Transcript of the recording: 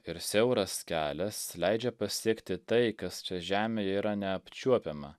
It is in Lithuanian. ir siauras kelias leidžia pasiekti tai kas čia žemėje yra neapčiuopiama